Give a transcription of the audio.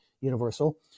universal